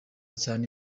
cyane